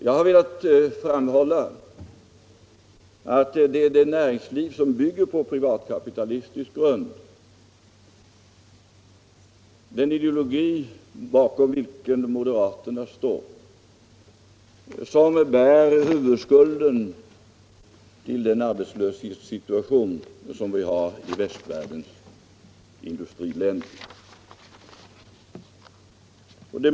Jag har velat framhålla att det är det näringsliv som bygger på privatkapitalistisk grund — den ideologi bakom vilken moderaterna står — som bär huvudskulden till den arbetslöshetssituation som vi har i västvärldens industriländer.